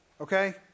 Okay